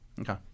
okay